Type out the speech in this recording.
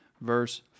verse